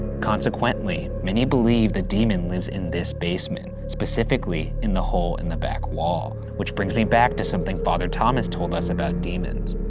consequently, many believe the demon lives in this basement, specifically in the hole in the back wall which brings me back to something father thomas told us about demons.